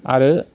आरो